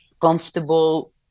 comfortable